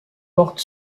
portent